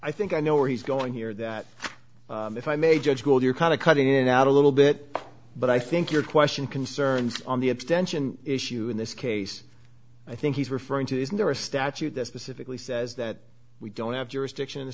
i think i know where he's going here that if i may judge gold you're kind of cutting it out a little bit but i think your question concerns on the abstention issue in this case i think he's referring to isn't there a statute that specifically says that we don't have jurisdiction in